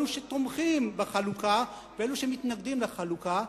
אלה שתומכים בחלוקה ואלה שמתנגדים לחלוקה,